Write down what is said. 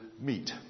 meet